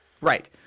right